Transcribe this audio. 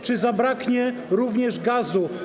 Czy zabraknie również gazu?